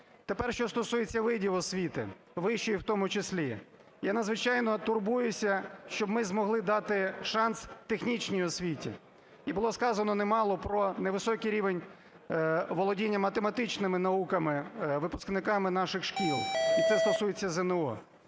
Тепер, що стосується видів освіти, вищої в тому числі. Я надзвичайно турбуюся, щоб ми змогли дати шанс технічній освіті. І було сказано немало про невисокий рівень володіння математичними науками випускниками наших шкіл. І це стосується ЗНО.